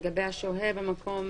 לגבי השוהה במקום,